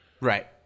Right